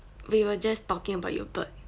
we were just talking about your bird